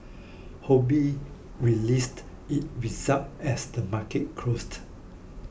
Ho Bee released its results as the market closed